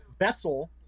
vessel